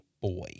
boy